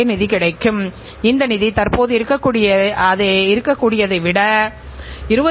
அது உற்பத்தித்திறனை மேம்படுத்த வேண்டும் என்பதாகும்